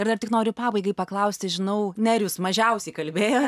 ir tik noriu pabaigai paklausti žinau nerijus mažiausiai kalbėjo